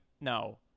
No